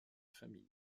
famille